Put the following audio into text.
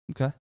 Okay